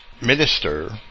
minister